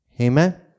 Amen